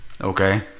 okay